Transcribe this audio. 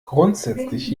grundsätzlich